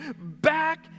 back